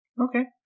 okay